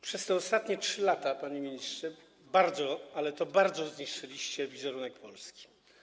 Przez ostatnie 3 lata, panie ministrze, bardzo, ale to bardzo zniszczyliście wizerunek Polski.